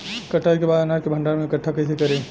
कटाई के बाद अनाज के भंडारण में इकठ्ठा कइसे करी?